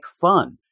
fun